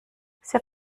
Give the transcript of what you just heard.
sehr